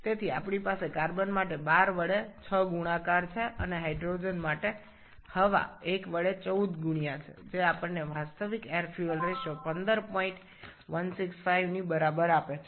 সুতরাং আমাদের কার্বনের জন্য ১২ দ্বারা ৬ গুন হয় এবং হাইড্রোজেনের জন্য বায়ুর ১ দ্বারা ১৪ গুন করেছি যা আমাদের প্রকৃত বায়ু ও জ্বালানির অনুপাত দেয় সেটি হল ১৫১৬৫